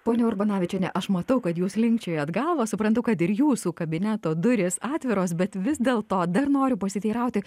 ponia urbonavičiene aš matau kad jūs linkčiojat galvą suprantu kad ir jūsų kabineto durys atviros bet vis dėl to dar noriu pasiteirauti